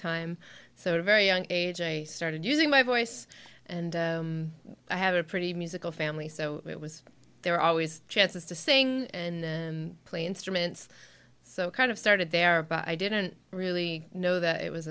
time so a very young age i started using my voice and i have a pretty musical family so it was there are always chances to sing and play instruments so kind of started there but i didn't really know that it was